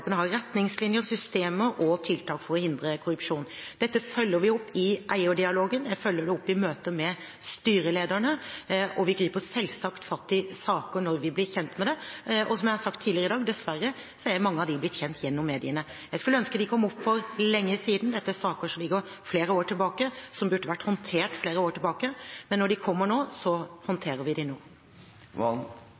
har retningslinjer, systemer og tiltak for å hindre korrupsjon. Dette følger vi opp i eierdialogen, jeg følger det opp i møter med styrelederne, og vi griper selvsagt fatt i saker når vi blir kjent med dem. Som jeg har sagt tidligere i dag, er dessverre mange av dem blitt kjent gjennom mediene. Jeg skulle ønske de kom opp for lenge siden. Dette er saker som ligger flere år tilbake, som burde vært håndtert flere år tilbake, men når de kommer nå, så